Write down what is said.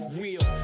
real